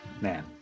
man